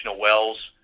wells